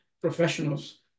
professionals